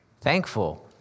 thankful